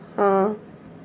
ہاں